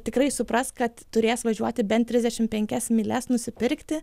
tikrai supras kad turės važiuoti bent trisdešim penkias mylias nusipirkti